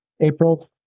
April